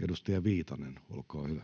14:53 Content: